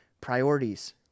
priorities